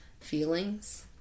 feelings